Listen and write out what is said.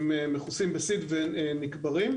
הם מכוסים ונקברים.